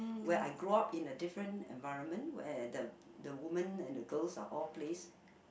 where I grow up in a different environment where the the women and the girls are all placed